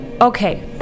okay